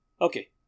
Okay